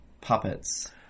puppets